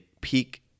peak